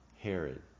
Herod